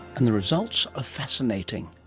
and the results are fascinating.